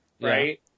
right